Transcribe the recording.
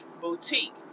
boutique